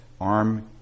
arm